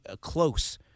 close